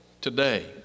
today